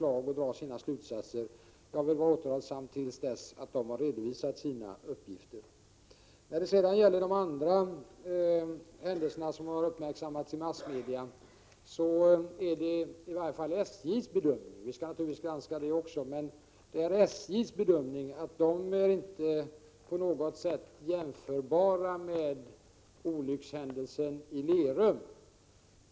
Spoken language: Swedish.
De skall dra sina slutsatser och komma med förslag. När det sedan gäller de andra händelserna som har uppmärksammats i massmedia skall vi naturligtvis granska dem också. Det är i varje fall SJ:s bedömning att de inte på något sätt är jämförbara med olyckshändelsen i Lerum.